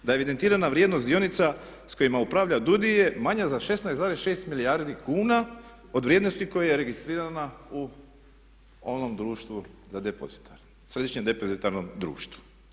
Da je evidentirana vrijednost dionica s kojima upravlja DUUDI manja za 16,6 milijardi kuna od vrijednosti koja je registrirana u onom društvu za depozite, Središnjem depozitarnom društvu.